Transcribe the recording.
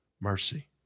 mercy